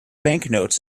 banknotes